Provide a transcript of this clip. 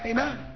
Amen